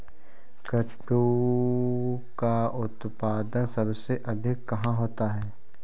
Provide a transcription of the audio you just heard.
कद्दू का उत्पादन सबसे अधिक कहाँ होता है?